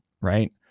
right